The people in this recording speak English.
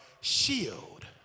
shield